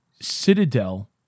Citadel